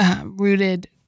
Rooted